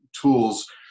tools